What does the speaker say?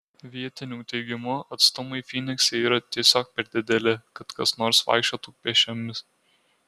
vietinių teigimu atstumai fynikse yra tiesiog per dideli kad kas nors vaikščiotų pėsčiomis